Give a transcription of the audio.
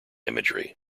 imagery